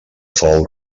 fou